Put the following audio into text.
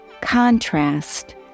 contrast